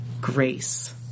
grace